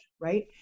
right